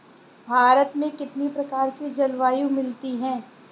भारत में कितनी प्रकार की जलवायु मिलती है?